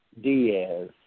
Diaz